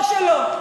או שלא.